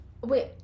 Wait